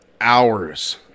Hours